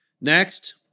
Next